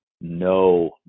no